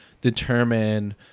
determine